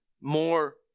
more